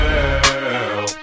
Girl